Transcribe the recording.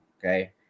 Okay